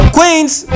Queen's